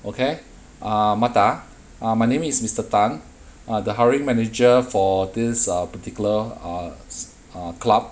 okay ah martha uh my name is mr tan the hiring manager for this uh particular uh s~ uh club